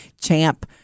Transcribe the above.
Champ